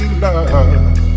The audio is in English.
love